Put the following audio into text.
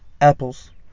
apples